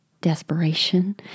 desperation